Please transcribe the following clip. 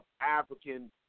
African